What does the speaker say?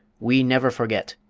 we never forget!